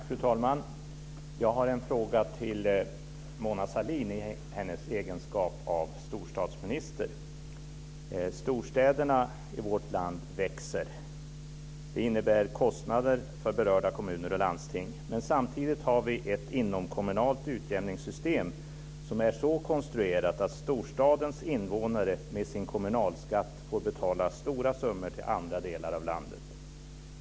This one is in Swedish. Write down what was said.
Fru talman! Jag har en fråga till Mona Sahlin i hennes egenskap av storstadsminister. Storstäderna i vårt land växer. Det innebär kostnader för berörda kommuner och landsting, men samtidigt har vi ett inomkommunalt utjämningssystem som är så konstruerat att storstadens invånare med sin kommunalskatt får betala stora summor till andra delar av landet.